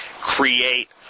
create